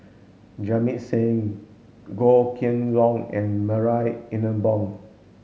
Jamit Singh Goh Kheng Long and Marie Ethel Bong